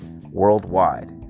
worldwide